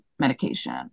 medication